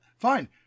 Fine